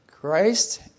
Christ